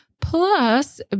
Plus